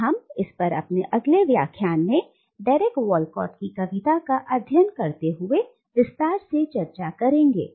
और हम इस पर अपने अगले व्याख्यान में डेरेक वॉलकॉट की कविता का अध्ययन करते हुए विस्तार से चर्चा करेंगे